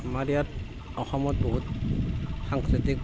আমাৰ ইয়াত অসমত বহুত সাংস্কৃতিক